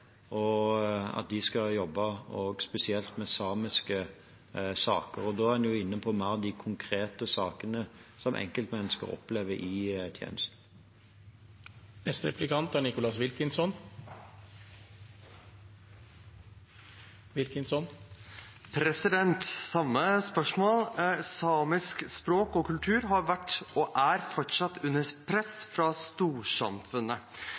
at de skal jobbe spesielt med samiske saker. Da er man inne på de mer konkrete sakene som enkeltmennesker opplever i tjenesten. Jeg har det samme spørsmål: Samisk språk og kultur har vært og er fortsatt under press fra storsamfunnet.